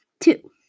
two